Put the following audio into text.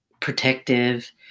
protective